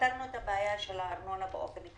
פתרנו את הבעיה של הארנונה לעסקים,